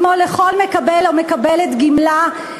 כמו לכל מקבל או מקבלת גמלה,